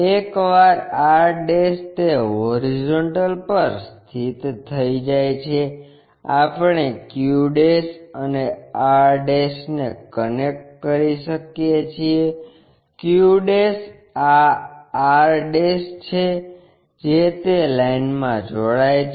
એકવાર r તે horizontal પર સ્થિત થઈ જાય છે આપણે q અને r ને કનેક્ટ કરી શકીએ છીએ q આ r છે જે તે લાઈનમાં જોડાય છે